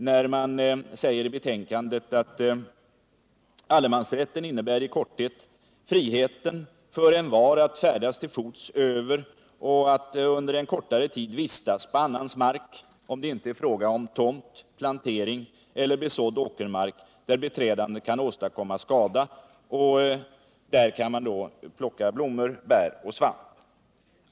Utskottet säger att allemansrätten i korthet innebär ”frihet för envar att färdas till fots över och att under en kortare tid vistas på annans mark — om det inte är fråga om tomt, plantering eller besådd åkermark där beträdandet kan åstadkomma skada — och att där plocka blommor, bär och svamp.